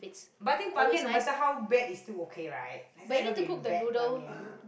but I think Ban-Mian no matter how bad it's still okay right have there ever been bad Ban-Mian